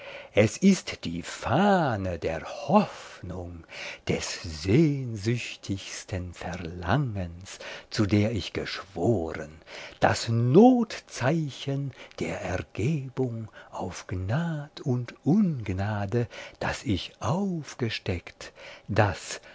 es ist die fahne der hoffnung des sehnsüchtigsten verlangens zu der ich geschworen das notzeichen der ergebung auf gnad und ungnade das ich aufgesteckt das